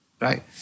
Right